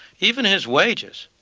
even his wages,